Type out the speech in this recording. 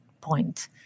point